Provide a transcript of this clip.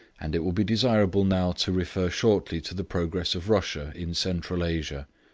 and it will be desirable now to refer shortly to the progress of russia in central asia,